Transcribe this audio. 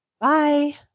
Bye